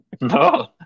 No